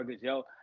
yo